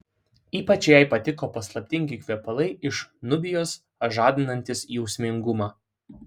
ypač jai patiko paslaptingi kvepalai iš nubijos žadinantys jausmingumą